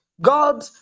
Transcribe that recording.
God